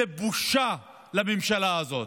זו בושה לממשלה הזאת.